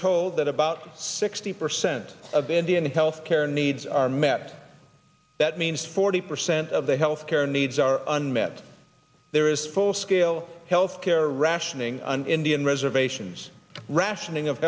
told that about sixty percent of indian healthcare needs are met that means forty percent of the health care needs are unmet there is full scale health care rationing and indian reservations rationing of